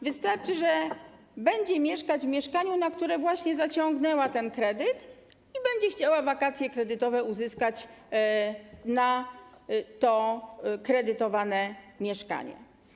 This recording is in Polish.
Wystarczy, że będzie mieszkać w mieszkaniu, na które właśnie zaciągnęła ten kredyt, i będzie chciała wakacje kredytowe uzyskać na to kredytowane mieszkanie.